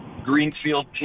Greenfield